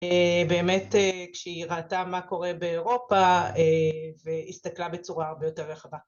באמת כשהיא ראתה מה קורה באירופה והסתכלה בצורה הרבה יותר רחבה.